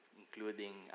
including